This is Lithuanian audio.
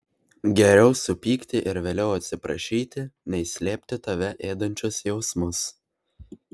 geriau supykti ir vėliau atsiprašyti nei slėpti tave ėdančius jausmus